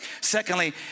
secondly